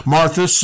Martha